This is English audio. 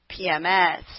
PMS